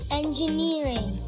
engineering